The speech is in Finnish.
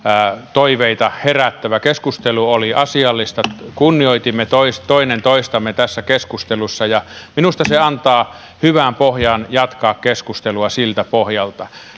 toiveita herättävä keskustelu oli asiallista kunnioitimme toinen toistamme tässä keskustelussa ja minusta se antaa hyvän pohjan jatkaa keskustelua siltä pohjalta